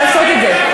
לעשות את זה.